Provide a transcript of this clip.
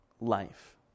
life